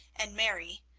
and mary,